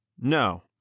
no